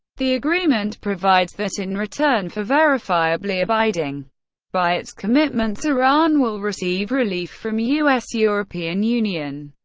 the agreement provides that in return for verifiably abiding by its commitments, iran will receive relief from u s. european union,